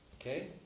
okay